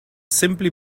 simply